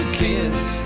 kids